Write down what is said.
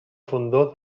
fondó